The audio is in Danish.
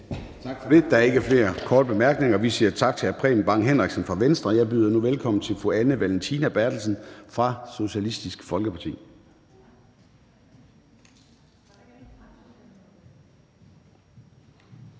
Tak for det. Der er ikke flere korte bemærkninger. Vi siger tak til hr. Preben Bang Henriksen fra Venstre. Jeg byder nu velkommen til Anne Valentina Berthelsen fra SF. Kl.